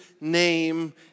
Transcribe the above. name